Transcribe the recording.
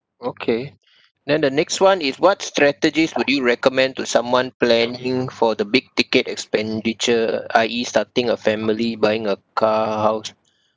okay then the next one is what strategies would you recommend to someone planning for the big ticket expenditure I_E starting a family buying a car house